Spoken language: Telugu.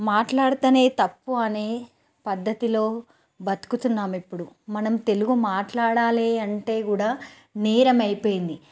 మాట్లాడితేనే తప్పు అనే పద్ధతిలో బతుకుతున్నాము ఇప్పుడు మనం తెలుగు మాట్లాడాలి అంటే కూడా నేరం అయిపోయింది